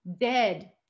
dead